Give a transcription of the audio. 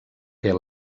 què